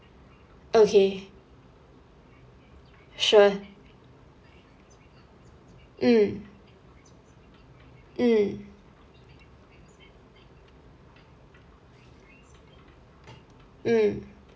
okay sure mm mm mm